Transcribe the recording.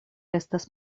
estas